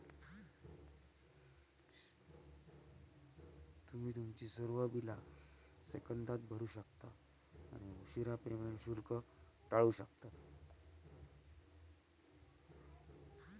तुम्ही तुमची सर्व बिला सेकंदात भरू शकता आणि उशीरा पेमेंट शुल्क टाळू शकता